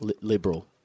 liberal